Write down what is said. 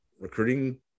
recruiting